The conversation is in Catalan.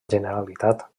generalitat